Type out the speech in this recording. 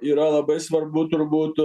yra labai svarbu turbūt